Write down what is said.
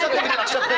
זאת עבירה על חוק החרם.